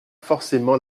forcément